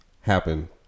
happen